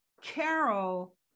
Carol